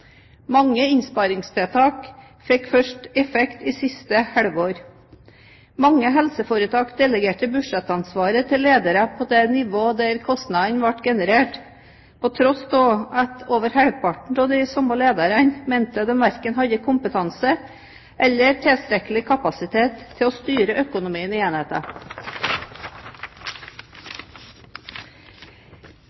Mange innsparingstiltak fikk først effekt i siste halvår. Mange helseforetak delegerte budsjettansvaret til ledere på det nivået der kostnadene ble generert, til tross for at over halvparten av de samme lederne mente de verken hadde kompetanse eller tilstrekkelig kapasitet til å styre økonomien i enheten.